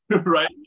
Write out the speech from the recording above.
Right